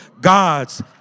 God's